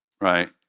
right